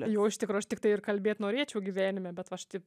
jo iš tikro aš tiktai ir kalbėt norėčiau gyvenime bet aš taip